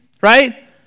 right